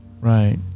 Right